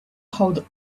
hold